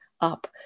up